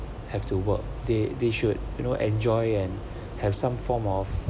have to work they they should you know enjoy and have some form of